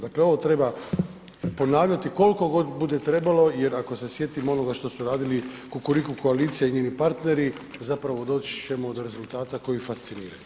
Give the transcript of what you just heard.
Dakle ovo treba ponavljati koliko god bude trebalo jer ako se sjetimo onoga što su radili kukuriku koalicija i njeni partneri zapravo doći ćemo do rezultata koji fasciniraju.